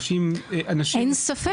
אנשים -- אין פה ספק,